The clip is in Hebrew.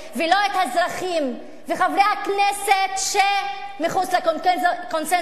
ולא את האזרחים ואת חברי הכנסת שמחוץ לקונסנזוס,